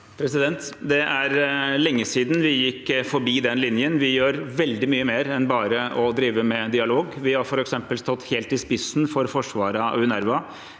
Det er lenge siden vi gikk forbi den linjen. Vi gjør veldig mye mer enn bare å drive med dialog. Vi har f.eks. stått helt i spissen for forsvaret av UNRWA.